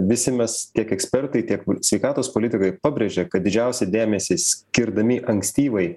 visi mes tiek ekspertai tiek sveikatos politikai pabrėžia kad didžiausią dėmesį skirdami ankstyvai